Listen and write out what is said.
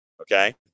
okay